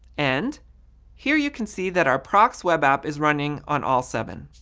and here you can see that our proxx web app is running on all seven.